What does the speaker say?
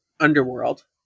Underworld